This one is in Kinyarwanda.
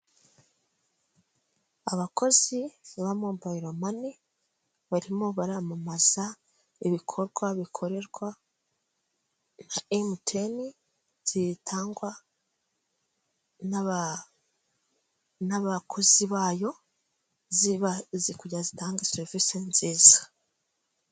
Abakozi ba Mobile money barimo baramamaza ibikorwa bikorerwa MTN bitangwa n'abakozi bayo kugirango zitanga serivisi nziza